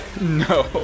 No